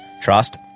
trust